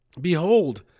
Behold